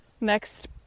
next